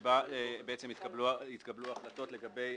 שבה יתקבלו החלטות לגבי